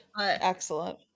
excellent